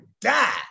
die